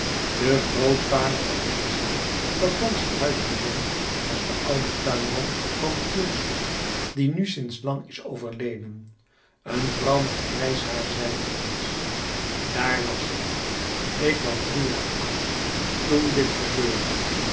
de grootvader van het gezin dat thans het huis bewoont was de oude tuinman van kylsom die nu sinds lang is overleden een vrouw met grijs haar zeide ons daar was ik ik was drie jaar oud toen dit gebeurde